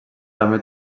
també